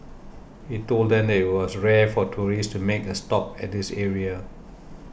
he told them that it was rare for tourists to make a stop at this area